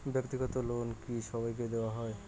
ব্যাক্তিগত লোন কি সবাইকে দেওয়া হয়?